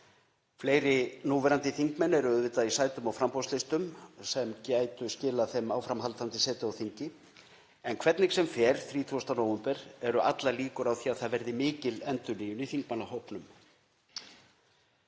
Fleiri núverandi þingmenn eru auðvitað í sætum á framboðslistum, sem gætu skilað þeim áframhaldandi setu á þingi, en hvernig sem fer 30. nóvember eru allar líkur á því að það verði mikil endurnýjun í þingmannahópnum